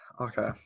Okay